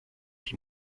die